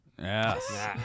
Yes